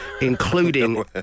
including